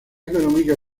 económica